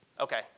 okay